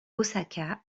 osaka